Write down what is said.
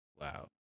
Wow